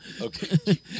Okay